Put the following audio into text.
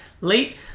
late